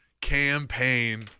campaign